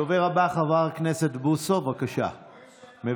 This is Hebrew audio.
הדובר הבא, חבר הכנסת בוסו, מוותר.